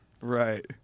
right